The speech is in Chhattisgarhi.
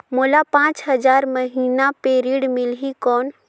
मोला पांच हजार महीना पे ऋण मिलही कौन?